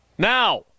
Now